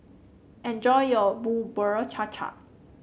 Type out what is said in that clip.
enjoy your Bubur Cha Cha